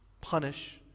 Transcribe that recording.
punish